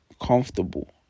comfortable